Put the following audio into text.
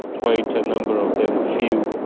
quite a number of them, a few,